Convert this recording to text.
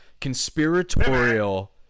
conspiratorial